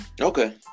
Okay